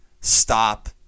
stop